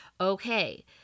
Okay